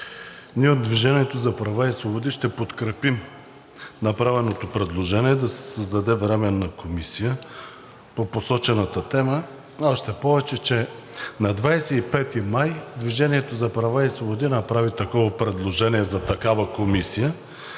Ние от „Движение за права и свободи“ ще подкрепим направеното предложение да се създаде Временна комисия по посочената тема, още повече че на 25 май „Движение за права и свободи“ направи такова предложение за такава комисия,